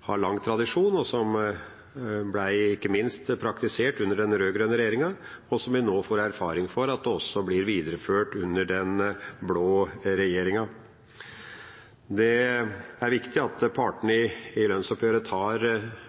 har lang tradisjon, som ikke minst ble praktisert under den rød-grønne regjeringa, og som vi nå får erfaring for også blir videreført under den blå regjeringa. Det er viktig at partene i lønnsoppgjøret tar